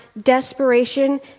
desperation